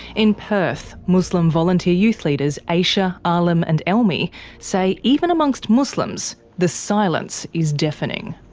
in perth, muslim volunteer youth leaders aisha, alim, and elmi say even amongst muslims, the silence is deafening.